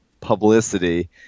publicity